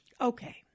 Okay